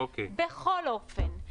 בכל אופן,